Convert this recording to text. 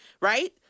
Right